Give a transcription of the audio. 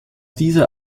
dieser